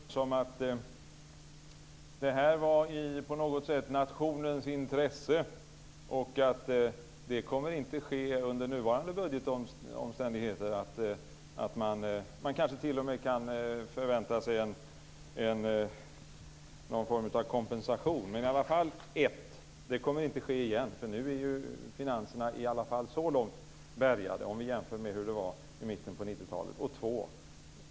Fru talman! Ska jag tolka detta som att det på något sätt var i nationens intresse och att det inte kommer att ske under nuvarande budgetomständigheter? Man kanske t.o.m. kan förvänta sig någon form av kompensation. 1. Det kommer inte att ske igen för nu är finanserna ändå så långt bärgade om vi jämför med hur det var i mitten på 90-talet. 2.